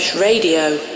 radio